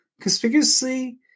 conspicuously